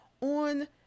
on